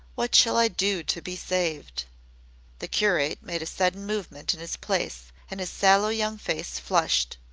what shall i do to be saved the curate made a sudden movement in his place and his sallow young face flushed.